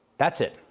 that's it.